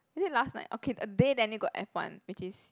is it last night okay a day then it got F one which is